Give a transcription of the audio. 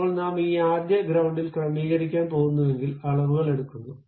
ഇപ്പോൾ നാം ഈ ആദ്യ ഗ്രൌണ്ടിൽ ക്രമീകരിക്കാൻ പോകുന്നുവെങ്കിൽ അളവുകൾ എടുക്കുന്നു